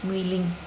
Wei Ling